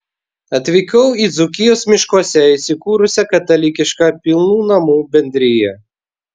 atvykau į dzūkijos miškuose įsikūrusią katalikišką pilnų namų bendriją